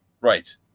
right